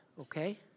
okay